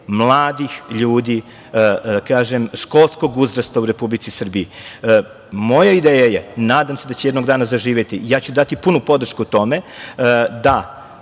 mladih ljudi školskog uzrasta u Republici Srbiji. Moja ideja je, nadam se da će jednog dana zaživeti, ja ću dati punu podršku tome, da